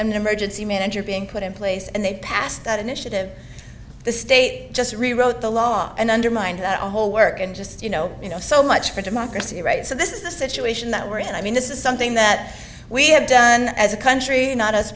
emergency manager being put in place and they passed that initiative the state just rewrote the law and undermined the whole work and just you know you know so much for democracy right so this is the situation that we're in i mean this is something that we have done as a country not us